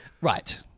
Right